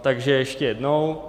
Takže ještě jednou.